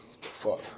fuck